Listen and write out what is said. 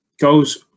Goes